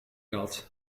gehad